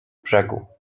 brzegu